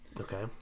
Okay